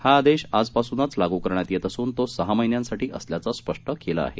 हा आदेश आजपासूनच लागू करण्यात येत असून तो सहा महिन्यासाठी असल्याचं स्पष्ट करण्यात आलं आहे